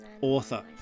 author